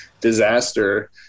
disaster